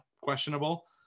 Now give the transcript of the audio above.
questionable